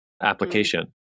application